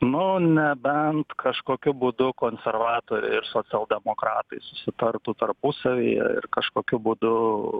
nu nebent kažkokiu būdu konservatoriai ir socialdemokratai susitartų tarpusavyje ir kažkokiu būdu